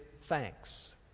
thanks